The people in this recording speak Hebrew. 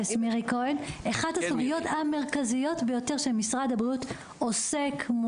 זו אחת הסוגיות המרכזיות ביותר שמשרד הבריאות עוסק בהן,